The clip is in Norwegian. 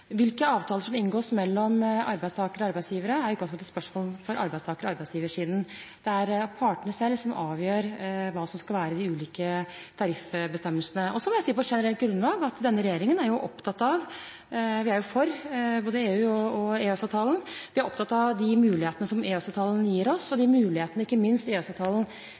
Hvilke avtaler som inngås mellom arbeidstakere og arbeidsgivere, er i utgangspunktet et spørsmål for arbeidstaker- og arbeidsgiversiden. Det er partene selv som avgjør hva som skal være de ulike tariffbestemmelsene. Så må jeg si på generelt grunnlag at denne regjeringen er for både EU og EØS-avtalen. Vi er opptatt av de mulighetene som EØS-avtalen gir oss, ikke minst de mulighetene